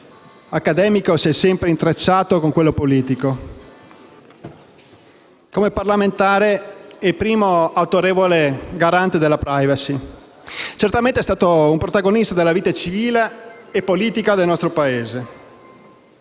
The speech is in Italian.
accademico si è sempre intrecciato con quello politico, come parlamentare e primo autorevole garante della *privacy*. Certamente è stato un protagonista della vita civile e politica del nostro Paese.